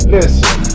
Listen